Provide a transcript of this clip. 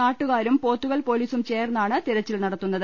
നാട്ടുകാരും പോത്തുകൽ പൊലിസും ചേർന്നാണ് തിരച്ചിൽ നടത്തുന്നത്